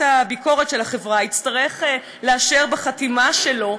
הביקורת של החברה יצטרך לאשר בחתימה שלו,